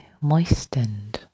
moistened